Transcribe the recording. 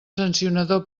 sancionador